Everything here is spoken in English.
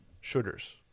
Sugars